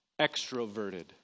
extroverted